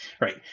Right